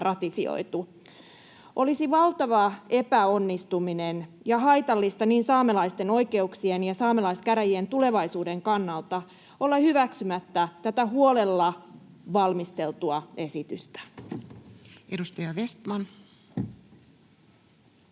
Olisi valtava epäonnistuminen ja haitallista niin saamelaisten oikeuksien kuin saamelaiskäräjien tulevaisuuden kannalta olla hyväksymättä tätä huolella valmisteltua esitystä. Edustaja Vestman.